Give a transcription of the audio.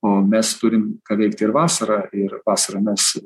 o mes turim ką veikti ir vasarą ir vasarą mes